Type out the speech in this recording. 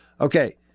Okay